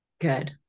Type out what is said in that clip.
Good